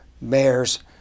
Mayors